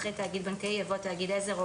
אחרי "תאגיד בנקאי" יבוא "תגיד עזר או